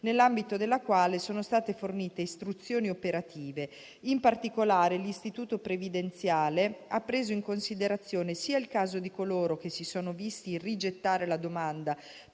nell'ambito della quale sono state fornite istruzioni operative. In particolare, l'istituto previdenziale ha preso in considerazione sia il caso di coloro che si sono visti rigettare la domanda